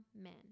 Amen